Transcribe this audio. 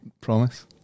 Promise